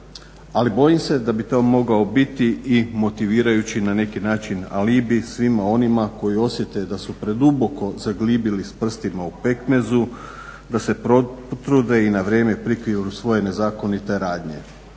Ali bojim se da bi to mogao biti i motivirajući na neki način alibi svima onima koji osjete da su preduboko zaglibili s prstima u pekmezu, da se potrude i na vrijeme prikriju svoje nezakonite radnje.